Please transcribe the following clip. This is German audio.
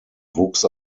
wuchs